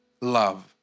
love